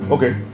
Okay